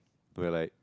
but like